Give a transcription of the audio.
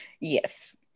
yes